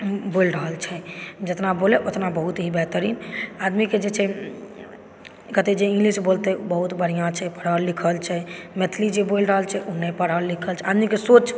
बोलि रहल छै जेतना बोलय ओतना बहुत ही बेहतरिन आदमीके जे छै कते जे इंग्लिश बोलतै ओ बहुत बढ़िऑं छै बहुत पढ़ल लिखल छै मैथिली जे बोलि रहल छै ओ नहि पढ़ल लिखल छै आदमीके सोच